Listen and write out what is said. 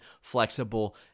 flexible